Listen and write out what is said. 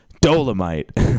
dolomite